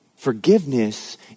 Forgiveness